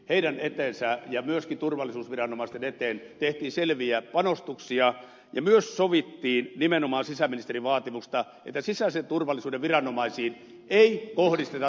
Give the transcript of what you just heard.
heidän eteensä ja myöskin turvallisuusviranomaisten eteen tehtiin selviä panostuksia ja myös sovittiin nimenomaan sisäministerin vaatimuksesta että sisäisen turvallisuuden viranomaisiin ei kohdisteta tuottavuusleikkauksia